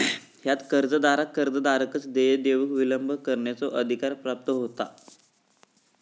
ह्यात कर्जदाराक कर्जदाराकच देय देऊक विलंब करण्याचो अधिकार प्राप्त होता